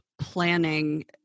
planning